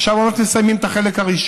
עכשיו, עוד מעט מסיימים את החלק הראשון.